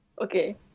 Okay